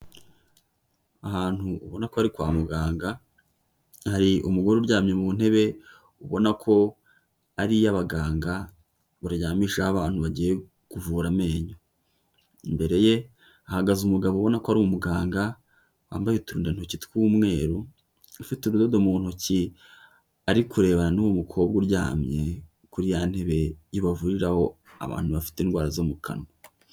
Ahantu ubona ko ari kwa muganga, hari umugore uryamye mu ntebe, ubona ko ari iy'abaganga baryamishaho abantu bagiye kuvura amenyo. Imbere ye hahagaze umugabo ubona ko ari umuganga, wambaye uturindantoki tw'umweru, ufite urudodo mu ntoki ari kurebana n'uwo mukobwa uryamye kuri ya ntebe ibavuriraho abantu bafite indwara zo mu kanwa.